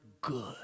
good